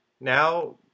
now